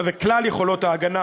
וכלל יכולת ההגנה